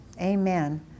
Amen